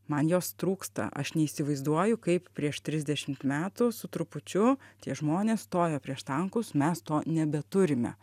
man jos trūksta aš neįsivaizduoju kaip prieš trisdešimt metų su trupučiu tie žmonės stojo prieš tankus mes to nebeturime